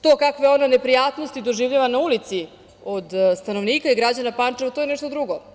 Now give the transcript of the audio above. To kakve ona neprijatnosti doživljava na ulici od stanovnika i građana Pančeva, to je nešto drugo.